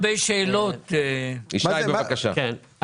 זה מצטרף למענק שישולם לגבי שנת 2022. מבחינת הרישה,